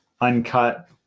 uncut